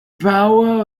power